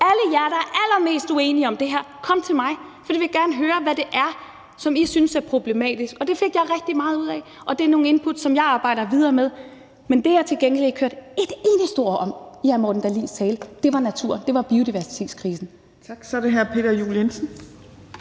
Alle jer, der er allermest uenige om det her, må gerne komme til mig, for jeg vil gerne høre, hvad det er, I synes er problematisk. Og det fik jeg rigtig meget ud af. Og det er nogle input, som jeg arbejder videre med. Men det, jeg til gengæld ikke hørte et eneste ord om i hr. Morten Dahlins tale, var naturen og biodiversitetskrisen. Kl. 12:43 Tredje